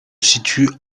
situe